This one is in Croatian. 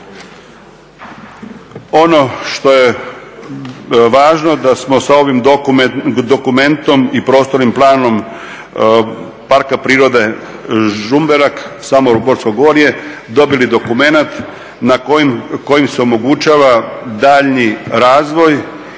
Ono što je važno da smo sa ovim dokumentom i prostornim planom Parka prirode Žumberak, Samoborsko gorje dobili dokumenat kojim se omogućava daljnji razvoj